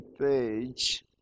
page